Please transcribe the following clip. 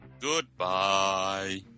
Goodbye